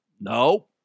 no